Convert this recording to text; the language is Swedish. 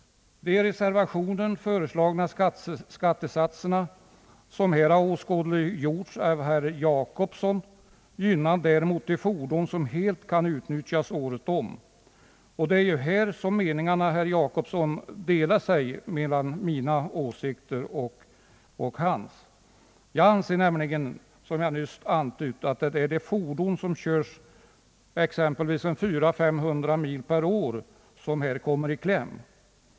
De i reservationen föreslagna skattesatserna, som här har åskådliggjorts av herr Gösta Jacobsson, gynnar däremot de fordon som helt kan utnyttjas året om. Det är på den punkten, herr Jacobsson, som våra åsikter går isär. Jag anser nämligen, som jag nyss antydde, att det är de fordon som körs exempelvis 400—500 mil per år som kommer i kläm.